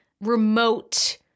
remote